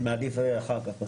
אני מעדיף אחר כך.